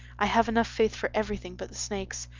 i have enough faith for everything but the snakes.